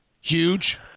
Huge